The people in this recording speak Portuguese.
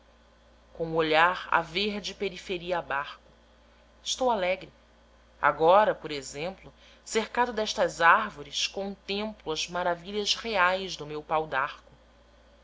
o olhar a verde periferia abarco estou alegre agora por exemplo cercado destas árvores contemplo as maravilhas reais do meu pau